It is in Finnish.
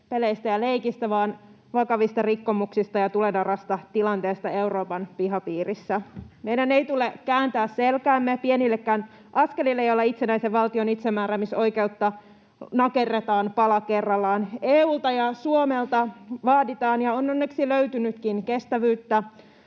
peleistä ja leikistä, vaan vakavista rikkomuksista ja tulenarasta tilanteesta Euroopan pihapiirissä. Meidän ei tule kääntää selkäämme pienillekään askelille, joilla itsenäisen valtion itsemääräämisoikeutta nakerretaan pala kerrallaan. EU:lta ja Suomelta vaaditaan ja on onneksi löytynytkin kestävyyttä,